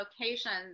locations